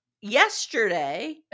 yesterday